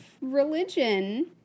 religion